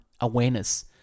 awareness